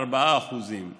4%;